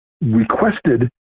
requested